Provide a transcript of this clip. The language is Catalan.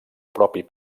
propi